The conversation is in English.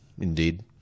indeed